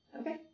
Okay